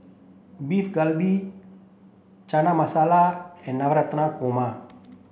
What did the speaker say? Beef Galbi Chana Masala and Navratan Korma